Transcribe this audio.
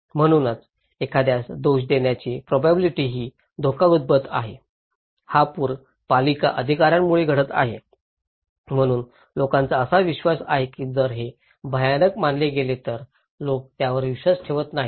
म्हणूनच एखाद्यास दोष देण्याची प्रोबॅबिलिटी ही धोका उद्भवत आहे हा पूर पालिका अधिकार्यांमुळे घडत आहे म्हणून लोकांचा असा विश्वास आहे की जर हे भयानक मानले गेले तर लोक त्यावर विश्वास ठेवत नाहीत